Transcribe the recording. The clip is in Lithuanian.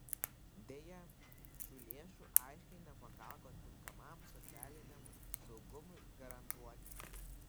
deja šių lėšų aiškiai nepakako tinkamam socialiniam saugumui garantuoti